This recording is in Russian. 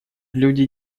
люди